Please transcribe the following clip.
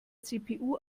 cpu